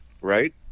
right